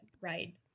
right